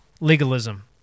legalism